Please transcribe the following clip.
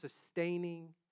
sustaining